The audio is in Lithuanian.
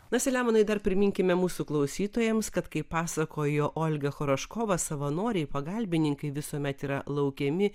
na selemonai dar priminkime mūsų klausytojams kad kaip pasakojo olga choroškova savanoriai pagalbininkai visuomet yra laukiami